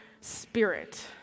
spirit